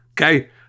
okay